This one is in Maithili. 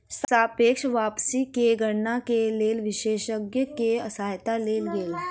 सापेक्ष वापसी के गणना के लेल विशेषज्ञ के सहायता लेल गेल